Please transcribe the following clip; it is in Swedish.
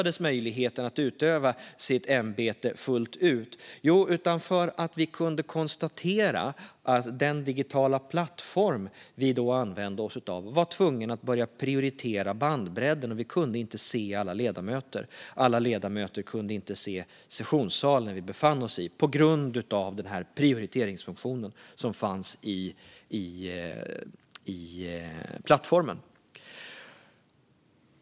Det fick avbrytas för att vi kunde konstatera att den digitala plattform som vi då använde oss av var tvungen att börja prioritera bandbredden, och då kunde vi inte se alla ledamöter. Alla ledamöter kunde inte se sessionssalen vi befann oss i på grund av den prioriteringsfunktion som fanns i plattformen.